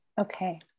Okay